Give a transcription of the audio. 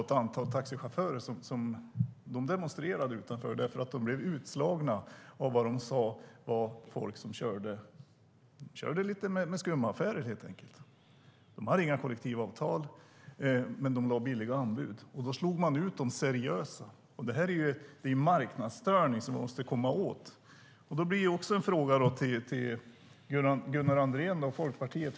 Ett antal taxichaufförer demonstrerade utanför eftersom de blev utslagna av vad de sade var folk som helt enkelt körde med lite skumma affärer. Dessa hade inga kollektivavtal men gav billiga anbud och slog då ut de seriösa. Det här är marknadsstörning som vi måste komma åt. Det leder också till en fråga till Gunnar Andrén och Folkpartiet.